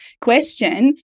question